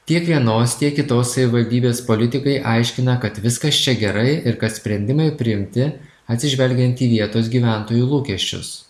tiek vienos tiek kitos savivaldybės politikai aiškina kad viskas čia gerai ir kad sprendimai priimti atsižvelgiant į vietos gyventojų lūkesčius